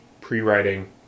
Pre-writing